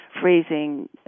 freezing